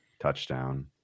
touchdown